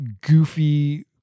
goofy